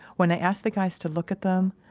when i asked the guys to look at them,